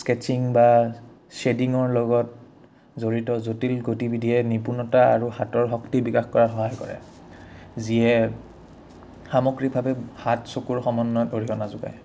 sketching বা শ্বেডিঙৰ লগত জড়িত জটিল গতিবিধিয়ে নিপুণতা আৰু হাতৰ শক্তি বিকাশ কৰা সহায় কৰে যিয়ে সামগ্ৰীকভাৱে হাত চকুৰ সমন্বয়ত অৰিহণা যোগায়